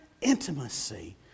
intimacy